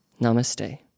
Namaste